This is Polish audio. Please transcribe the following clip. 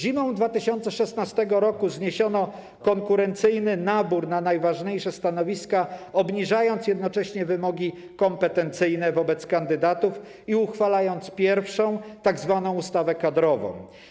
Zimą 2016 r. zniesiono konkurencyjny nabór na najważniejsze stanowiska, obniżając jednocześnie wymogi kompetencyjne wobec kandydatów i uchwalając pierwszą tzw. ustawę kadrową.